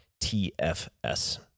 TFS